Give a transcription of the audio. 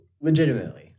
Legitimately